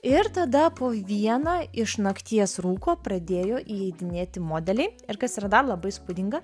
ir tada po vieną iš nakties rūko pradėjo įeidinėti modeliai ir kas yra dar labai įspūdinga